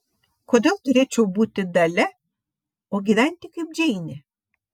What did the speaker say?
kodėl turėčiau būti dalia o gyventi kaip džeinė